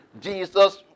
Jesus